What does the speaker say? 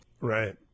Right